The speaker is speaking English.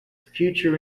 future